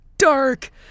Dark